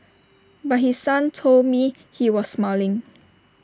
but his son told me he was smiling